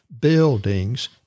buildings—